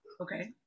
Okay